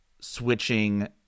switching